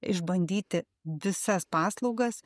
išbandyti visas paslaugas